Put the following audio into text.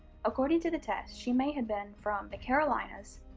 according to the tests, she may have been from the carolinas,